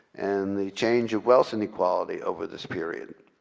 and the change of wealth and equality over this period.